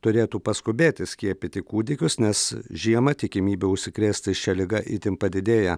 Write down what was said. turėtų paskubėti skiepyti kūdikius nes žiemą tikimybė užsikrėsti šia liga itin padidėja